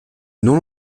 non